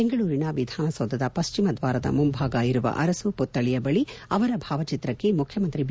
ಬೆಂಗಳೂರಿನ ವಿಧಾನಸೌಧದ ಪಶ್ಚಿಮ ದ್ವಾರದ ಮುಂಭಾಗ ಇರುವ ಅರಸು ಪುತ್ತಳಿಯ ಬಳಿ ಅವರ ಭಾವಚಿತ್ರಕ್ಕೆ ಮುಖ್ಯಮಂತ್ರಿ ಬಿ